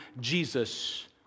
Jesus